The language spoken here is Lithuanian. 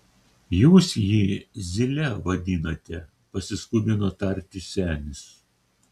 jūs jį zyle vadinate pasiskubino tarti senis